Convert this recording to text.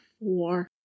four